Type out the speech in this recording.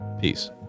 Peace